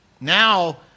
Now